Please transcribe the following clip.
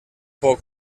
poc